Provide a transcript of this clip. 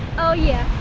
oh yeah.